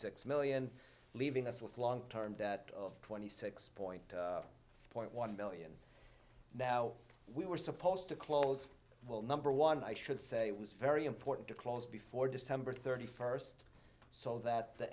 six million leaving us with long term debt of twenty six point zero point one billion now we were supposed to close will number one i should say was very important to close before december thirty first so that the